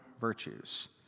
virtues